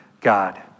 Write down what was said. God